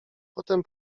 potem